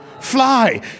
fly